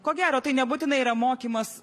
ko gero tai nebūtinai yra mokymas